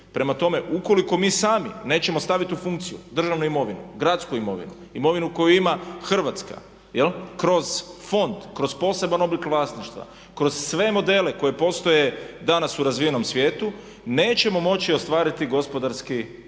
Prema tome, ukoliko mi sami nećemo staviti u funkciju državnu imovinu, gradsku imovinu, imovinu koju ima Hrvatska kroz fond, kroz poseban oblik vlasništva, kroz sve modele koji postoje danas u razvijenom svijetu, nećemo moći ostvariti gospodarski rast